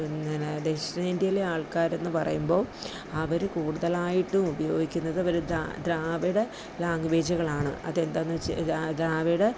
ഒന്നിനെ ദക്ഷിണേന്ത്യേലെ ആൾക്കാർ എന്ന് പറയുമ്പോൾ അവർ കൂടുതലായിട്ടും ഉപയോഗിക്കുന്നത് ഒരു ദ്രാവിഡ ലാംഗ്വേജുകളാണ് അതെന്താന്ന് വെച്ചാൽ ദ്രാവിഡ